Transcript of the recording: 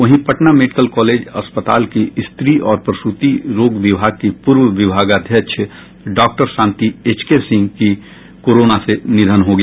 वहीं Patna medical college अस्पताल की स्त्री और प्रसूती रोग विभाग की पूर्व विभागाध्यक्ष doctor Shanti H K Singh की कोरोना से निधन हो गया